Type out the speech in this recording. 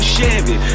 Chevy